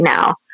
now